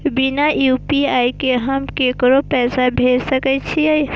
बिना यू.पी.आई के हम ककरो पैसा भेज सके छिए?